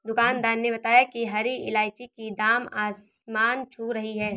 दुकानदार ने बताया कि हरी इलायची की दाम आसमान छू रही है